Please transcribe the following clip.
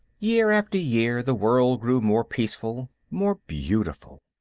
year after year, the world grew more peaceful, more beautiful.